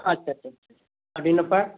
ᱟᱪᱪᱷᱟ ᱟᱪᱪᱷᱟ ᱟᱹᱰᱤ ᱱᱟᱯᱟᱭ